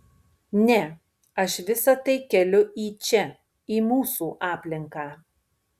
ne aš visa tai keliu į čia į mūsų aplinką